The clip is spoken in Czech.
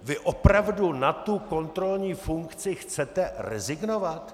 Vy opravdu na tu kontrolní funkci chcete rezignovat?